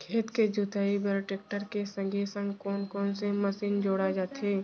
खेत के जुताई बर टेकटर के संगे संग कोन कोन से मशीन जोड़ा जाथे